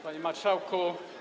Panie Marszałku!